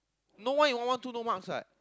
no one in one one two no marks what